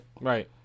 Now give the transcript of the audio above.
right